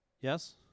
Yes